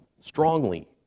strongly